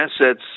Assets